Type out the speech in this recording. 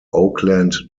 oakland